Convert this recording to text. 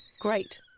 Great